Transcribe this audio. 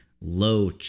low